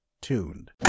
tuned